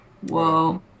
whoa